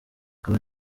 aba